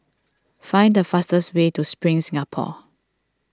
find the fastest way to Spring Singapore